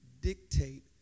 dictate